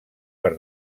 per